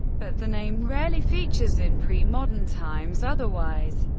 but the name rarely features in pre-modern times otherwise.